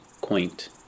quaint